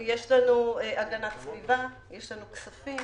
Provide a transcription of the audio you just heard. יש לנו הגנת סביבה, יש לנו כספים,